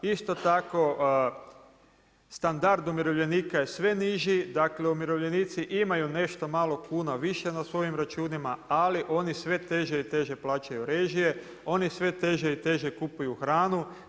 Isto tako standard umirovljenika je sve niži, dakle umirovljenici imaju nešto malo kuna više na svojim računima, ali oni sve teže i teže plaćaju režije, oni sve teže i teže kupuju hranu.